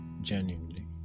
genuinely